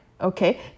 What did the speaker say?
okay